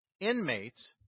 inmates